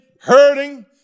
hurting